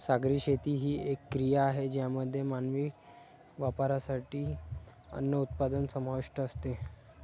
सागरी शेती ही एक क्रिया आहे ज्यामध्ये मानवी वापरासाठी अन्न उत्पादन समाविष्ट असते